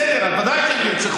בסדר, ודאי שנרצחו.